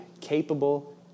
capable